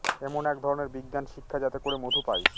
এমন এক ধরনের বিজ্ঞান শিক্ষা যাতে করে মধু পায়